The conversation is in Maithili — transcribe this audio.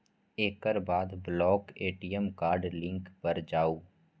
एकर बाद ब्लॉक ए.टी.एम कार्ड लिंक पर जाउ